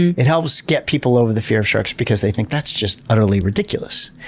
and it helps get people over the fear of sharks because they think that's just utterly ridiculous.